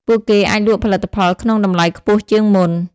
ពួកគេអាចលក់ផលិតផលក្នុងតម្លៃខ្ពស់ជាងមុន។